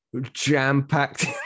jam-packed